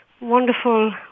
wonderful